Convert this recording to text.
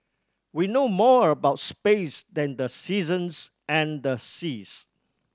we know more about space than the seasons and the seas